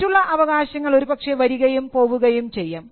മറ്റുള്ള അവകാശങ്ങൾ ഒരുപക്ഷേ വരികയും പോവുകയും ചെയ്യാം